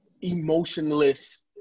emotionless